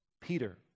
Peter